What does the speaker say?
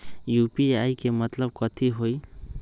UPI के मतलब कथी होई?